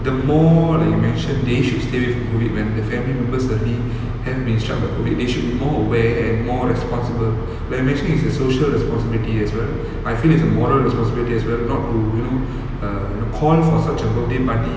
the more like you mention they should stay away from COVID when the family members already have been struck by COVID they should be more aware and more responsible when mentioning it's a social responsibility as well I feel it's a moral responsibility as well not to you know err you know call for such a birthday party during a middle of a pandemic